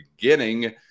beginning